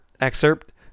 excerpt